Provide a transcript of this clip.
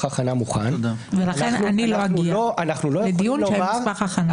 הכנה מוכן -- ולכן אני לא אגיע לדיון שאין בו מסמך הכנה.